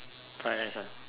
fried rice ah